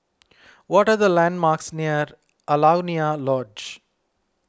what are the landmarks near Alaunia Lodge